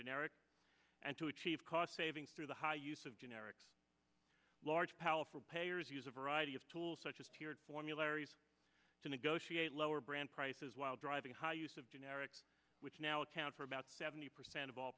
an eric and to achieve cost savings through the high use of generics large powerful payers use a variety of tools such as tiered formularies to negotiate lower brand prices while driving higher use of generics which now account for about seventy percent of all